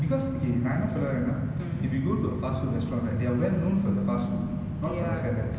because okay நா என்ன சொல்ல வாரனா:naa enna solla vaaranaa if you go to a fast food restaurant right they are well known for the fast food not for the salads